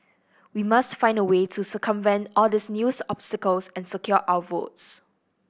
we must find a way to circumvent all these news obstacles and secure our votes